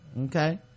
okay